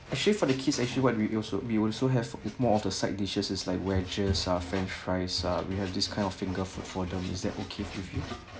actually for the kids actually what we also we also have it's more of the side dishes is like wedges ah french fries ah we have this kind of finger food for them is that okay with you